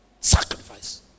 Sacrifice